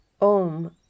Om